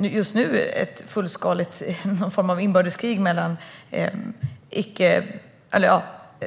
Just nu pågår någon form av fullskaligt inbördeskrig mellan